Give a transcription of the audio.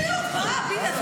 הוא פרגן למירב, וזה יפה.